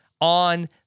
on